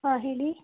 ಹಾಂ ಹೇಳಿ